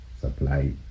supply